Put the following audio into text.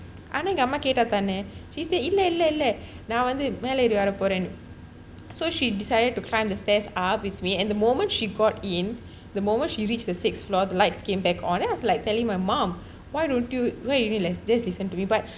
ஆனா எங்க அம்மா கேட்டாத்தான:aanaa enga amma kettaathaan she said இல்ல இல்ல இல்ல நான் வந்து மேல ஏறி வரப்போரேன்னு:illa illa illa naan vanthu mela yeri varapporaenu so she decided to climb the stairs up with me and the moment she got in the moment she reached the six floor lights came back on then I was like telling my mum why don't you why don't you just realize this listen to be but